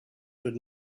would